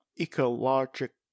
ecological